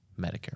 Medicare